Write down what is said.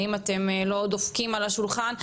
האם אתם לא דופקים על השולחן?